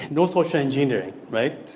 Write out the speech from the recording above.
no social endangering right?